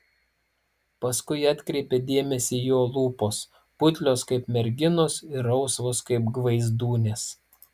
paskui atkreipia dėmesį jo lūpos putlios kaip merginos ir rausvos kaip gvaizdūnės